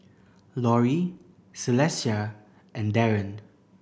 Lori Celestia and Daren